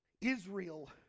Israel